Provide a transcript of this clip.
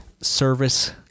service